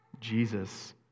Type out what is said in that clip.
Jesus